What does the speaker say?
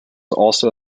also